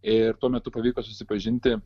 ir tuo metu pavyko susipažinti